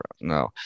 no